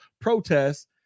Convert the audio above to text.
protests